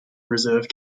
reserve